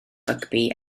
rygbi